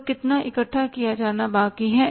तो कितना इकट्ठा किया जाना बाकी है